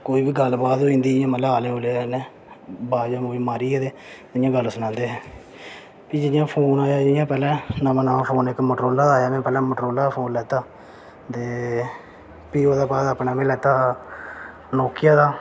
कोई बी गल्ल बात होई जंदी ही ते मतलब आह्लें कन्नै बाज़ मारियै ते गल्ल सनांदे हे ते जि'यां फोन आया मतलब मोटोरोला दा नमां फोन आया ते में पैह्लें मोटोरोला दा फोन लैता ते भी ओह्दे बाद में लैता नोकिया दा